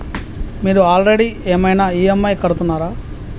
మీరు ఆల్రెడీ ఏమైనా ఈ.ఎమ్.ఐ కడుతున్నారా?